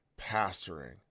pastoring